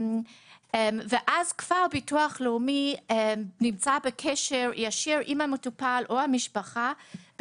ואז ביטוח לאומי כבר נמצא בקשר ישיר עם המטופל או המשפחה,